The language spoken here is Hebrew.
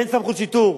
אין סמכות שיטור.